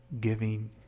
giving